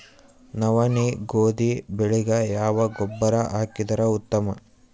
ನವನಿ, ಗೋಧಿ ಬೆಳಿಗ ಯಾವ ಗೊಬ್ಬರ ಹಾಕಿದರ ಉತ್ತಮ?